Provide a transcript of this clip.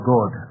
God